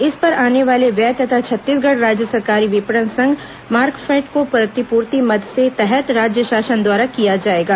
इस पर आने वाला व्यय भार छत्तीसगढ़ राज्य सहकारी विपणन संघ मार्कफेड को प्रतिपूर्ति मद के तहत राज्य शासन द्वारा किया जाएगा